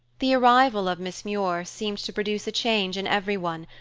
the arrival of miss muir seemed to produce a change in everyone,